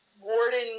Warden